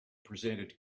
presented